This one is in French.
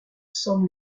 san